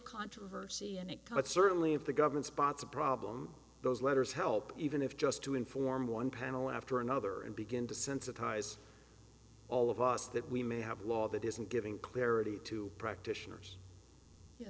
controversy and it cuts certainly if the government spots a problem those letters help even if just to inform one panel after another and begin to sensitize all of us that we may have a law that isn't giving clarity to practitioners ye